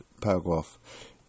paragraph